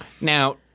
Now